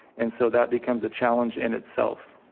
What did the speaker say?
and so that becomes a challenge in itself.